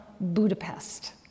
Budapest